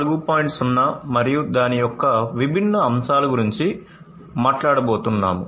0 మరియు దాని యొక్క విభిన్న అంశాల గురించి మాట్లాడబోతున్నాము